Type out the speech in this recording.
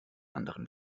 anderen